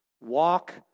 walk